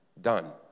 done